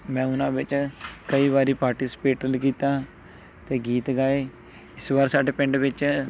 ਮੈਂ ਉਹਨਾਂ ਵਿੱਚ ਕਈ ਵਾਰੀ ਪਾਰਟੀਸਪੇਟ ਲ ਕੀਤਾ ਅਤੇ ਗੀਤ ਗਾਏ ਇਸ ਵਾਰ ਸਾਡੇ ਪਿੰਡ ਵਿੱਚ